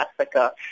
Africa